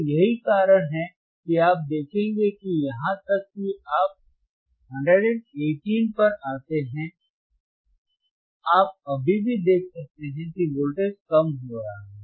तो यही कारण है कि आप देखेंगे कि यहां तक कि आप 118 पर आते हैं आप अभी भी देख सकते हैं कि वोल्टेज कम हो रहा है